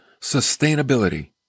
sustainability